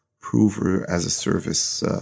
prover-as-a-service